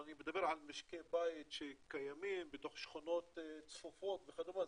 אבל אני מדבר על משקי בית שקיימים בתוך שכונות צפופות וכדומה,